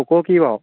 কওক কি বাৰু